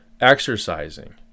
Exercising